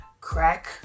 crack